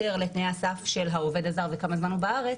לתנאי הסף של העובד הזר וכמה זמן הוא בארץ,